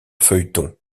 feuilleton